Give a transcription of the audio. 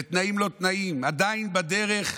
בתנאים-לא-תנאים, עדיין בדרך,